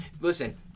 listen